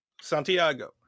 santiago